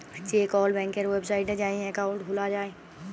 যে কল ব্যাংকের ওয়েবসাইটে যাঁয়ে একাউল্ট খুলা যায়